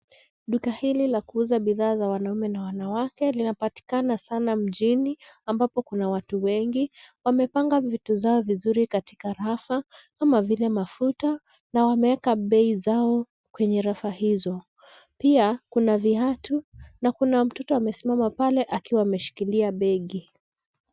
Duka hili la kuuza bidhaa za wanaume na wanawake, linapatikana sana mjini, ambapo kuna watu wengi, wamepanga vitu zao vizuri katika rafa, kama vile mafuta, na wameeka bei zao, penye rafa hizo, pia, kuna viatu, na kuna mtoto amesimama pale akiwa ameshikilia begi.